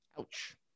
ouch